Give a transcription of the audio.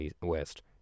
west